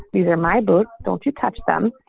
these are my books. don't you touch them.